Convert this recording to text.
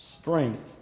strength